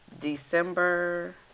December